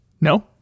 No